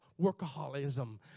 workaholism